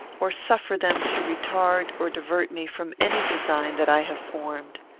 or suffer them to retard or divert me from any design that i have formed.